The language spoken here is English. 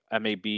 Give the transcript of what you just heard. MAB